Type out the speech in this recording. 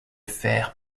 fer